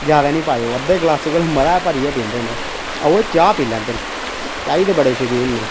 जादा निं पायो अद्धै ग्लासै कोला मता गै भरियै गै पींदे न एह् ओऐ चाऽ पी लैंदे न चाही दे बड़े शकीन न एह्